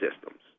systems